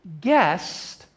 guest